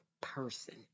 person